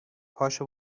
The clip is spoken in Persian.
پاشو